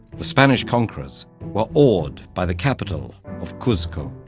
the spanish conquerors were awed by the capital of cuzco.